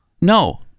No